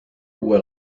uue